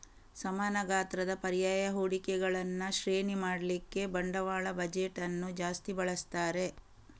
ಸಮಾನ ಗಾತ್ರದ ಪರ್ಯಾಯ ಹೂಡಿಕೆಗಳನ್ನ ಶ್ರೇಣಿ ಮಾಡ್ಲಿಕ್ಕೆ ಬಂಡವಾಳ ಬಜೆಟ್ ಅನ್ನು ಜಾಸ್ತಿ ಬಳಸ್ತಾರೆ